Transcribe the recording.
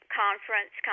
conference